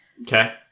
Okay